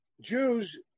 Jews